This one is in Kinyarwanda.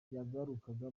yagarukaga